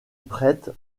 prêtre